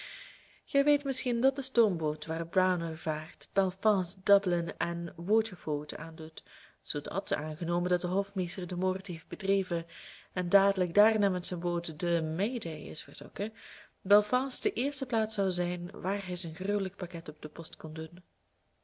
gij weet misschien dat de stoomboot waarop browner vaart belfast dublin en waterford aandoet zoodat aangenomen dat de hofmeester den moord heeft bedreven en dadelijk daarna met zijn boot de may day is vertrokken belfast de eerste plaats zoude zijn waar hij zijn gruwelijk pakket op de post kon doen